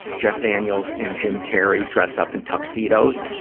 jeff daniels and jim carrey dress up in tuxedoes.